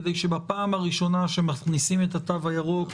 כדי שבפעם הראשונה שמכניסים את התו הירוק,